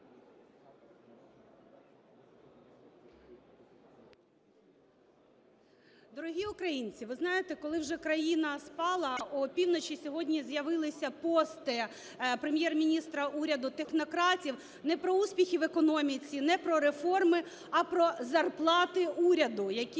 Дорогі українці, ви знаєте, коли вже країна спала, опівночі сьогодні з'явилися пости Прем'єр-міністра уряду технократів, не про успіхи в економіці, не про реформи, а про зарплати уряду, які